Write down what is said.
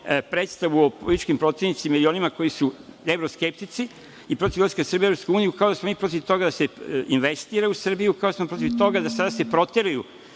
predstavu o političkim poslanicima koju su evroskeptici i protiv ulaska Srbije EU, kao da smo mi protiv toga da se investira u Srbiju, kao da smo protiv toga da se proteraju